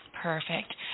Perfect